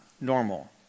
normal